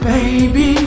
Baby